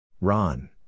Ron